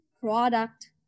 product